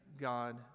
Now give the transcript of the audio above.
God